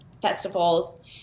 festivals